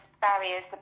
barriers